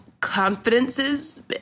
confidences